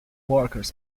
workers